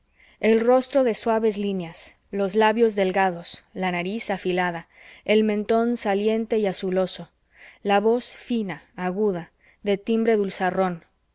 el rostro de suaves líneas los labios delgados la nariz afilada el mentón saliente y azuloso la voz fina aguda de timbre